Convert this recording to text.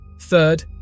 Third